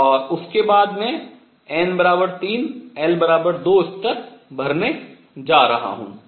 और उसके बाद मैं n 3 l 2 स्तर भरने जा रहा हूँ